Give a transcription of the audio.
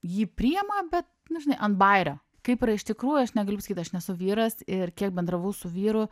jį priima bet nu žinai ant bajerio kaip yra iš tikrųjų aš negaliu sakyt aš nesu vyras ir kiek bendravau su vyru